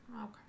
okay